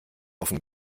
offen